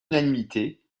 unanimité